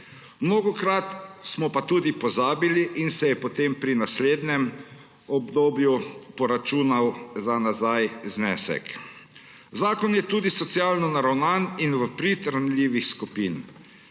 mnogokrat smo pa tudi pozabili in se je potem pri naslednjem obdobju poračunalo za nazaj znesek. Zakon je tudi socialno naravnan in v prid ranljivih skupin.